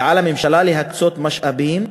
ועליה להקצות משאבים,